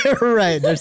Right